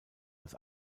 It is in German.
als